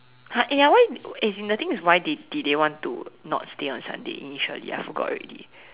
!huh! eh ya why as in the thing is why did did they want to not stay on Sunday initially I forgot already